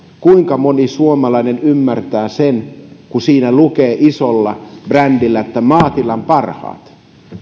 kuinka moni suomalainen ymmärtää sen kun siinä lukee isolla brändillä maatilan parhaat